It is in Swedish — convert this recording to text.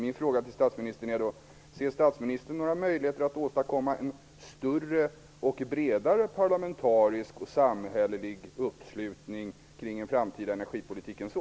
Min fråga till statsministern är: Ser statsministern några möjligheter att åstadkomma en större och bredare parlamentarisk och samhällelig uppslutning kring en framtida energipolitik än så?